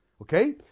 okay